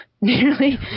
nearly